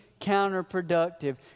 counterproductive